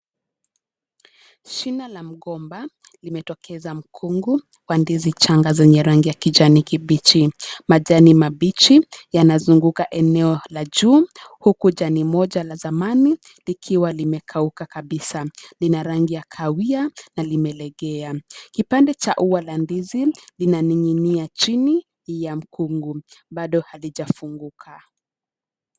Shina la mgomba limetokeza mkungu wa ndizi changa zenye rangi ya kijani kibichi. Majani mabichi yanazunguka eneo la juu huku jani moja la zamani likiwa limekauka kabisa lina rangi ya kahawia na limelegea. Kipande cha ua la ndizi linang'ing'ia chini ya mkungu bado halijafunguka.